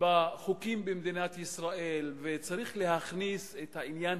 חוקים במדינת ישראל וצריך להכניס את העניין